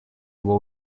его